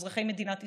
אזרחי מדינת ישראל.